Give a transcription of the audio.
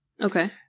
Okay